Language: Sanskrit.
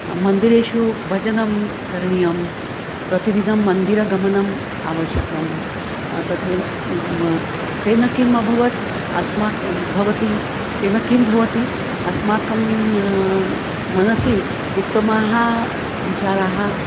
मन्दिरेषु भजनं करणीयं प्रतिदिनं मन्दिरगमनम् आवश्यकं तथैव तेन किम् अभवत् अस्माकं भवति तेन किं भवति अस्माकं मनसि उत्तमाः विचाराः